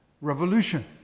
revolution